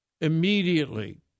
immediately